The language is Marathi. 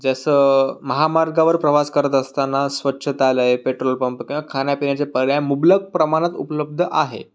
जसं महामार्गावर प्रवास करत असताना स्वच्छतालय पेट्रोल पंप किंवा खाण्यापिण्याचे पर्याय मुबलक प्रमाणात उपलब्ध आहेत